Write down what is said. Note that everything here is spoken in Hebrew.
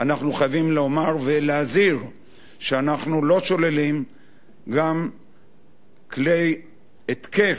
חייבים לומר ולהזהיר שאנחנו לא שוללים גם כלי התקף,